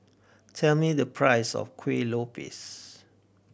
tell me the price of Kueh Lopes